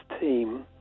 team